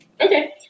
Okay